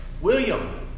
William